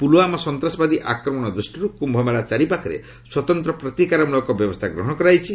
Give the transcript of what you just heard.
ପୁଲୁୱାମା ସନ୍ତାସବାଦୀ ଆକ୍ରମଣ ଦୃଷ୍ଟିରୁ କ୍ୟୁ ମେଳା ଚାରିପାଖରେ ସ୍ୱତନ୍ତ ପ୍ରତିକାରମୂଳକ ବ୍ୟବସ୍ଥା ଗ୍ରହଣ କରାଯାଇଛି